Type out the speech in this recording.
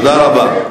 תודה רבה.